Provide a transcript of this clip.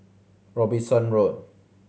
Robinson Road